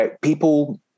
people